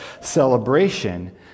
celebration